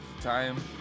time